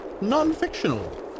non-fictional